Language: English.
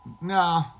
no